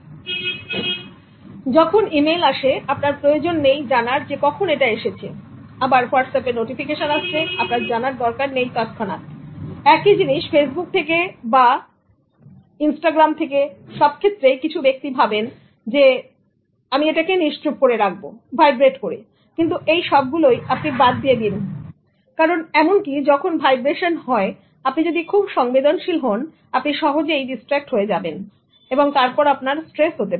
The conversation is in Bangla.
সুতরাং যখন ইমেইল আসে আপনার প্রয়োজন নেই জানার কখন এটা আসছে আবার হোয়াটসঅ্যাপের নোটিফিকেশন আসছে আপনার জানার দরকার নেই তৎক্ষণাৎ একই জিনিস ফেসবুকে ক্ষেত্রে ও কিছু ব্যক্তি ভাবেন যে ওকেokay আমি এটাকে নিশ্চুপ করে রাখবো ভাইব্রেট করে কিন্তু এই সবগুলোই আপনি বাদ দিয়ে দিন কারণ এমনকি যখন ভাইব্রেশন হয় আপনি যদি খুব সংবেদনশীল হোন আপনি সহজেই ডিস্ট্রাক্ট হয়ে যাবেন এবং তারপর আপনার স্ট্রেস হতে পারে